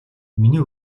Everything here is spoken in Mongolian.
миний